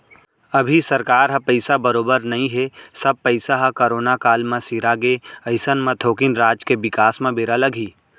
अभी सरकार ह पइसा बरोबर नइ हे सब पइसा ह करोना काल म सिरागे अइसन म थोकिन राज के बिकास म बेरा लगही